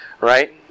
Right